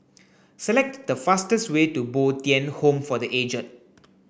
select the fastest way to Bo Tien Home for the Aged